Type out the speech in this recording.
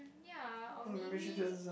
ya or maybe